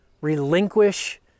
Relinquish